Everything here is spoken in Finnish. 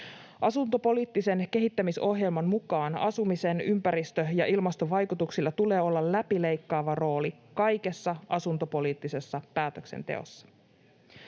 Asuntopoliittisen kehittämisohjelman mukaan asumisen ympäristö‑ ja ilmastovaikutuksilla tulee olla läpileikkaava rooli kaikessa asuntopoliittisessa päätöksenteossa.